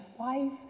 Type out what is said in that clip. wife